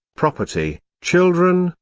property, children,